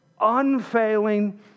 unfailing